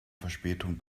verspätung